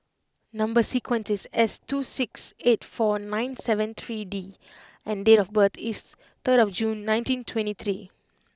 number sequence is S two six eight four nine seven three D and date of birth is third June nineteen twenty three